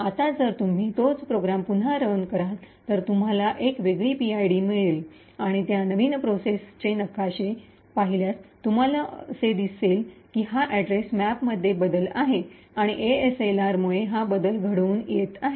आता जर तुम्ही तोच प्रोग्राम पुन्हा रन कराल तर तुम्हाला एक वेगळी पीआयडी मिळेल आणि त्या नव्या प्रोसेस चे नकाशे पाहिल्यास तुम्हाला दिसेल की हा अॅड्रेस मॅपमध्ये बदल आहे आणि एएसएलआर मुळे हा बदल घडून येत आहे